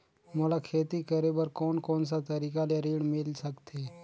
मोला खेती करे बर कोन कोन सा तरीका ले ऋण मिल सकथे?